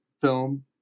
film